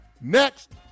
Next